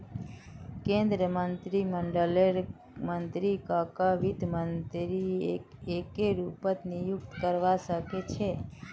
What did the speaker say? केन्द्रीय मन्त्रीमंडललेर मन्त्रीकक वित्त मन्त्री एके रूपत नियुक्त करवा सके छै